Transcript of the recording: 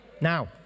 Now